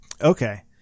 Okay